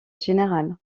général